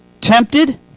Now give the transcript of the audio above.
tempted